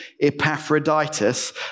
Epaphroditus